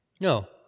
No